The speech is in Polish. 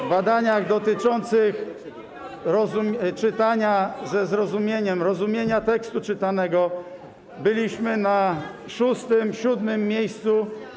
W badaniach dotyczących czytania ze zrozumieniem, rozumienia tekstu czytanego byliśmy na szóstym, siódmym miejscu.